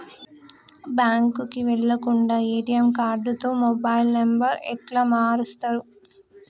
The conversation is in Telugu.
బ్యాంకుకి వెళ్లకుండా ఎ.టి.ఎమ్ కార్డుతో మొబైల్ నంబర్ ఎట్ల మారుస్తరు?